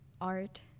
art